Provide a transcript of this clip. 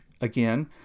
again